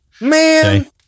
man